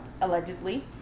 allegedly